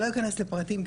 אני לא אכנס לפרטים,